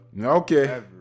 Okay